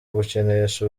gukinisha